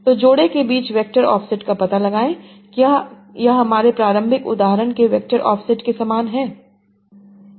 तो जोड़े के बीच वेक्टर ऑफसेट का पता लगाएं क्या यह हमारे प्रारंभिक उदाहरण के वेक्टर ऑफसेट के समान है